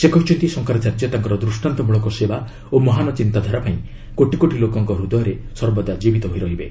ସେ କହିଛନ୍ତି ଶଙ୍କରାଚାର୍ଯ୍ୟ ତାଙ୍କର ଦୃଷ୍ଟାନ୍ତମୂଳକ ସେବା ଓ ମହାନ ଚିନ୍ତାଧାରା ପାଇଁ କୋଟିକୋଟି ଲୋକଙ୍କ ହୃଦୟରେ ସର୍ବଦା ଜୀବିତ ହୋଇ ରହିବେ